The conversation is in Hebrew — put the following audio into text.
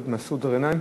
חבר הכנסת מסעוד גנאים,